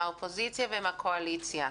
מהאופוזיציה והקואליציה,